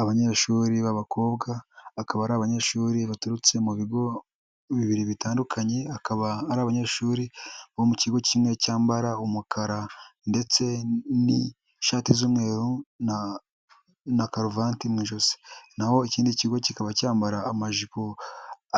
Abanyeshuri b'abakobwa akaba ari abanyeshuri baturutse mu bigo bibiri bitandukanye, akaba ari abanyeshuri bo mu kigo kimwe cyambara umukara ndetse n'ishati z'umweru na karuvati mu ijosi, naho ikindi kigo kikaba cyambara amajipo